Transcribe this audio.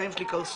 החיים שלי קרסו,